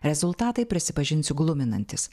rezultatai prisipažinsiu gluminantys